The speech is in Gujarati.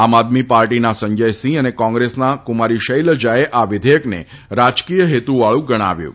આમ આદમી પાર્ટીના સંજયસીંહ અને કોંગ્રેસના ક્રમારી શૈલજાએ આ વિધેયકને રાજકીય હેતુવાળુ ગણાવ્યું હતું